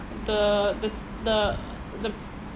the the s~ the the